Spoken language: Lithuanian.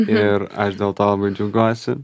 ir aš dėl to labai džiaugiuosi